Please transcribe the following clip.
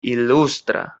il·lustre